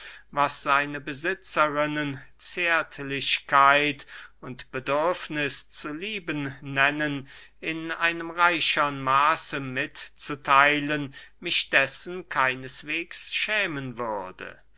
was seine besitzerinnen zärtlichkeit und bedürfniß zu lieben nennen in einem reichern maße mitzutheilen mich dessen keineswegs schämen würde